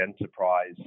enterprise